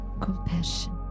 Compassion